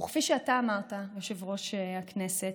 וכפי שאתה אמרת, יושב-ראש הכנסת,